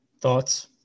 Thoughts